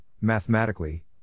mathematically